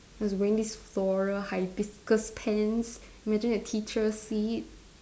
I was wearing this floral hibiscus pants imagine the teacher see it